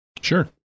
Sure